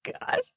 God